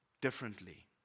differently